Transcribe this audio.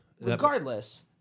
Regardless